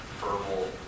verbal